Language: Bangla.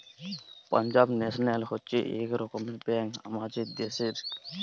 পাঞ্জাব ন্যাশনাল হচ্ছে এক রকমের ব্যাঙ্ক আমাদের দ্যাশের